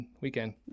weekend